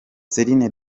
celine